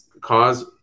cause